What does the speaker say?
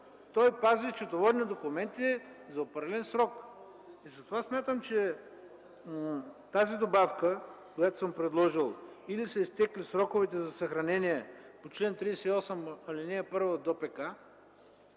пази счетоводни документи за определен срок. Затова смятам, че тази добавка, която съм предложил: „или са изтекли сроковете за съхранение по чл. 38, ал. 1 от